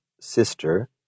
sister